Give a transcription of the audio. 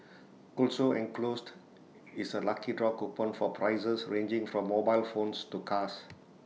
also enclosed is A lucky draw coupon for prizes ranging from mobile phones to cars